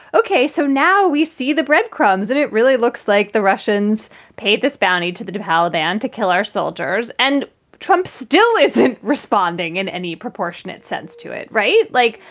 ok, so now we see the breadcrumbs and it really looks like the russians paid this bounty to the taliban to kill our soldiers. and trump still isn't responding in any proportionate sense to it. right. like,